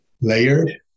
layered